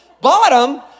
Bottom